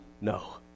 no